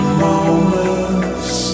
moments